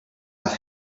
have